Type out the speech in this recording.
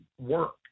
work